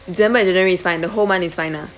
december and january is fine the whole is fine lah